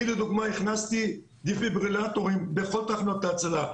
אני הכנסתי דפיברילטורים לכל תחנות ההצלה.